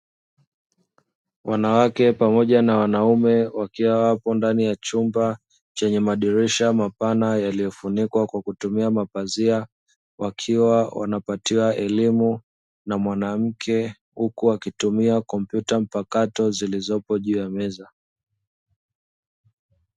Wanawake pamoja na wanaume wakiwa wapo ndani ya chumba chenye madirisha mapana yaliyofunikwa kwa kutumia mapazia, wakiwa wanapatiwa elimu na mwanamke huku wakitumia kompyuta mpakato zilizopo juu ya meza.